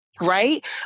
Right